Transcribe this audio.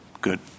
Good